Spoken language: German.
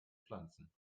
pflanzen